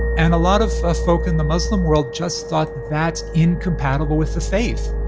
and a lot of folk in the muslim world just thought that's incompatible with the faith,